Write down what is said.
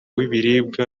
w’ibiribwa